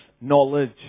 knowledge